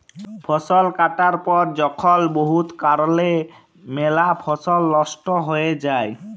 ফসল কাটার পর যখল বহুত কারলে ম্যালা ফসল লস্ট হঁয়ে যায়